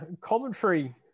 Commentary